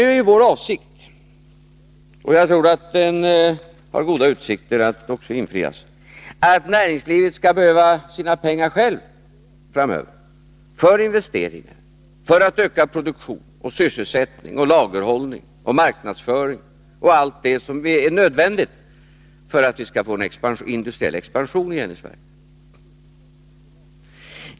Nu är vår inställning — och jag tror att detta har goda utsikter att också bli verklighet — att näringslivet framöver kommer att behöva sina pengar självt för investeringar, för att öka produktion och sysselsättning, för lagerhållning, marknadsföring och allt det som är nödvändigt för att vi skall få en industriell expansion igen i Sverige.